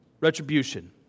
retribution